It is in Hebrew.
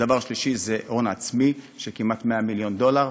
הדבר השלישי זה הון עצמי של כמעט 100 מיליון דולר,